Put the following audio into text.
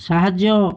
ସାହାଯ୍ୟ